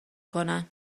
کنن